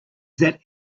that